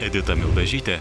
edita mildažytė